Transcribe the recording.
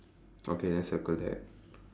okay then circle that